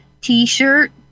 T-shirt